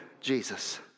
Jesus